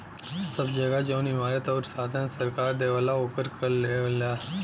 सब जगह जौन इमारत आउर साधन सरकार देवला ओकर कर लेवला